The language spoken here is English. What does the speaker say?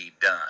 done